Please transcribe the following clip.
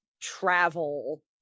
travel